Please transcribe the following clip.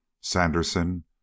Sanderson